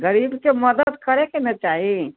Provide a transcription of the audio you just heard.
गरीबके मदद करयके ने चाही